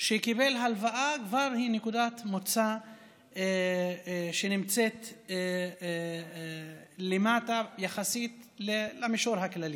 שקיבל הלוואה היא כבר נקודת מוצא שנמצאת למטה יחסית למישור הכללי.